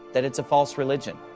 that it's a false religion.